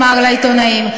אמר לעיתונאים,